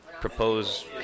propose